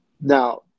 Now